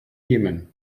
jemen